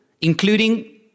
including